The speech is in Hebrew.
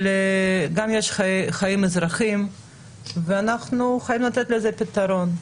אבל גם יש חיים אזרחיים ואנחנו חייבים לתת לזה פתרון.